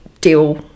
deal